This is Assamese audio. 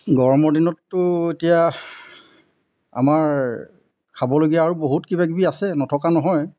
গৰমৰ দিনততো এতিয়া আমাৰ খাবলগীয়া আৰু বহুত কিবাকিবি আছে নথকা নহয়